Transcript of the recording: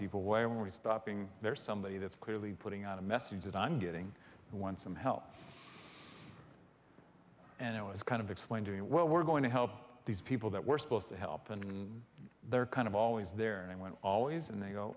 people when we stopping there somebody that's clearly putting out a message that i'm getting one some help and it was kind of explain to me well we're going to help these people that we're supposed to help and they're kind of always there and they went always and they go